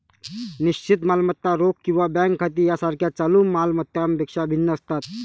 निश्चित मालमत्ता रोख किंवा बँक खाती यासारख्या चालू माल मत्तांपेक्षा भिन्न असतात